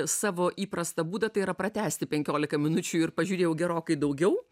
savo įprastą būdą tai yra pratęsti penkiolika minučių ir pažiūrėjau gerokai daugiau